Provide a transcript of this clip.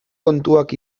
kontuak